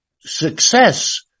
success